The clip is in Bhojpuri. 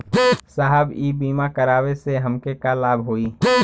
साहब इ बीमा करावे से हमके का लाभ होई?